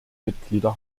mitglieder